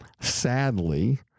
sadly